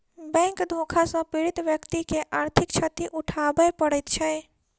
bank धोखा सॅ पीड़ित व्यक्ति के आर्थिक क्षति उठाबय पड़ैत छै